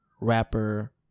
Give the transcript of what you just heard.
rapper